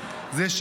חבר הכנסת קרויזר,